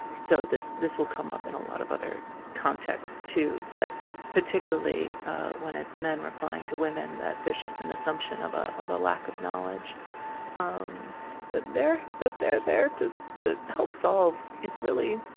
so this this will come up in a lot of other contexts too but particularly when it's men replying to women that there's just an assumption of ah of a lack of knowledge um that they're that they're there to to help solve it's really.